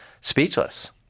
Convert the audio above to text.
speechless